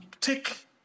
take